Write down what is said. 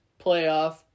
playoff